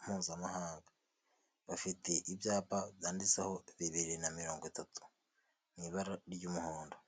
mpuzamahanga, bafite ibyapa cyanditseho bibiri na mirongo itatu, mu ibara ry'umuhondo.